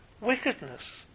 Wickedness